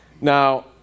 Now